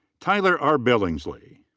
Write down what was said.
tyler r. billingsley.